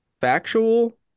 factual